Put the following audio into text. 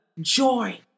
joy